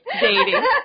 Dating